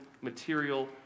material